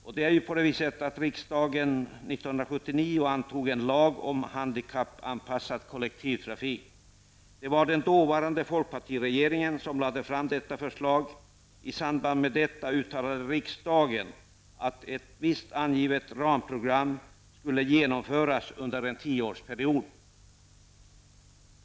Riksdagen antog 1979 en lag om handikappanpassad kollektivtrafik. Det var den dåvarande folkpartiregeringen som lade fram detta förslag, och i samband med detta uttalade riksdagen att ett visst angivet ramprogram skulle genomföras under en tioårsperiod.